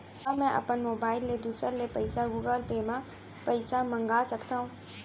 का मैं अपन मोबाइल ले दूसर ले पइसा गूगल पे म पइसा मंगा सकथव?